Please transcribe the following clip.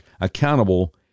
accountable